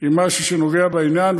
משהו שנוגע בעניין,